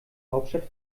hauptstadt